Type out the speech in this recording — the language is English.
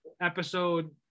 episode